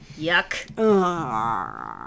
Yuck